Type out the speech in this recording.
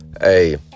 hey